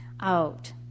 out